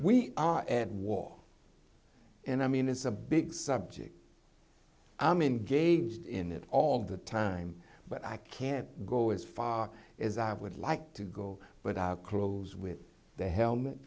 we are at war and i mean it's a big subject i'm engaged in it all the time but i can't go as far as i would like to go but i'll close with the helm